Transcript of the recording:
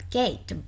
gate